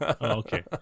Okay